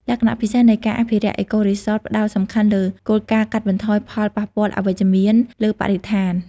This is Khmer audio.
លក្ខណៈពិសេសនៃការអភិវឌ្ឍ អេកូរីសតផ្តោតសំខាន់លើគោលការណ៍កាត់បន្ថយផលប៉ះពាល់អវិជ្ជមានលើបរិស្ថាន។